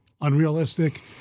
unrealistic